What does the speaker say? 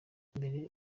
imbere